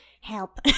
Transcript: Help